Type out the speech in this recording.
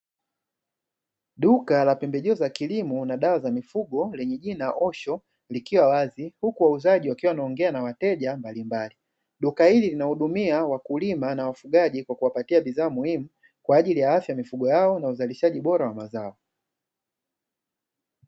Duka la pembejeo za kilimo na dawa za mifugo lenye jina "Osho" likiwa wazi, huku wauzaji wakiwa wanaongea na wateja mbalimbali. Duka hili linahudumia wakulima na wafugaji kwa kuwapatia bidhaa muhimu kwa ajili ya afya ya mifugo yao na uzalishaji bora wa mazao.